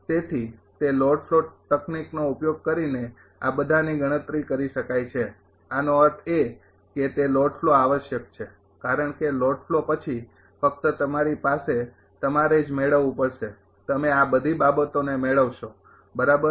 તેથી તે load flow તકનીકનો ઉપયોગ કરીને આ બધાની ગણતરી કરી શકાય છે આનો અર્થ એ કે તે લોડ ફ્લો આવશ્યક છે કારણ કે લોડ ફ્લો પછી ફક્ત તમારી પાસે તમારે જ મેળવવું પડશે તમે આ બધી બાબતોને મેળવશો બરાબર